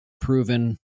proven